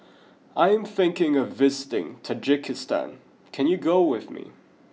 I am thinking of visiting Tajikistan can you go with me